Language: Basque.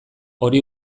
hori